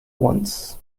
once